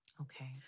Okay